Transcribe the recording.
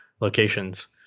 locations